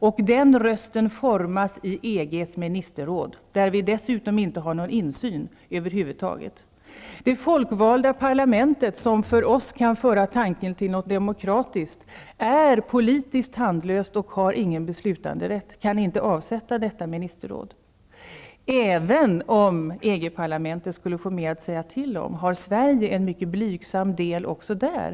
Och den rösten formas i EG:s ministerråd, där vi dessutom inte har någon insyn över huvud taget. Det folkvalda parlamentet, som för oss kan föra tanken till något demokratiskt, är politiskt tandlöst och har ingen beslutanderätt -- kan inte avsätta detta ministerråd. Även om EG-parlamentet skulle få mer att säga till om, har Sverige en mycket blygsam del också där.